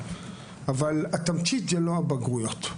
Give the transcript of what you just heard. אבל התמצית זה לא הבגרויות.